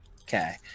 Okay